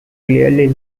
clearly